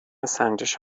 سنجش